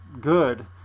good